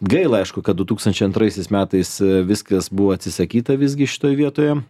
gaila aišku kad du tūkstančiai antraisiais metais viskas buvo atsisakyta visgi šitoj vietoje